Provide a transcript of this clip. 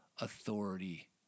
authority